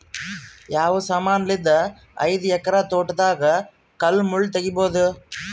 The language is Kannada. ಯಾವ ಸಮಾನಲಿದ್ದ ಐದು ಎಕರ ತೋಟದಾಗ ಕಲ್ ಮುಳ್ ತಗಿಬೊದ?